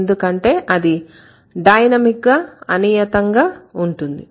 ఎందుకంటే అది డైనమిక్ గా అనియతంగా ఉంటుంది